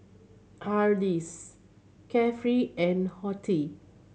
Hardy's Carefree and Horti